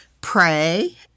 pray